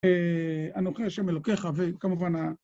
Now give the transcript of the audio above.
אנוכי השם אלוקיך וכמובן ה...